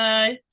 Bye